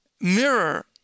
mirror